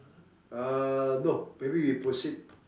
uh no maybe we proceed